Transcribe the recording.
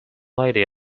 lady